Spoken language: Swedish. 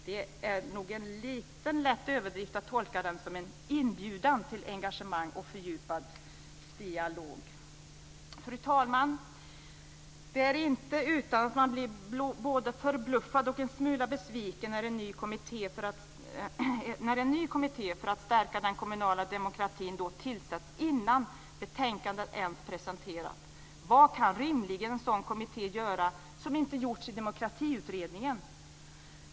Det vore nog en lätt överdrift att tolka dem som en inbjudan till engagemang och fördjupad dialog. Fru talman! Det är inte utan att man blir både förbluffad och en smula besviken när en ny kommitté för att stärka den kommunala demokratin tillsätts innan betänkandet från den förra ens har presenterats. Vad kan rimligen en sådan kommitté göra som inte har gjorts i Demokratiutredningen?